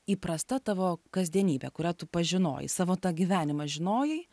įprasta tavo kasdienybė kurią tu pažinojai savo tą gyvenimą žinojai